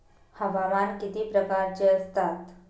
हवामान किती प्रकारचे असतात?